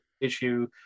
issue